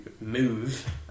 move